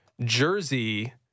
Jersey